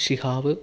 Shihab